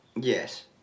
Yes